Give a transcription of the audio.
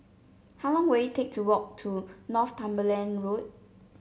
how long will it take to walk to Northumberland Road